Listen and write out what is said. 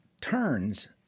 turns